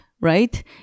Right